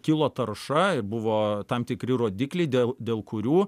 kilo tarša ir buvo tam tikri rodikliai dėl dėl kurių